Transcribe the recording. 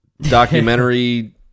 documentary